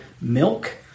milk